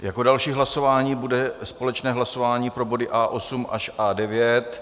Jako další hlasování bude společné hlasování pro body A8 až A9.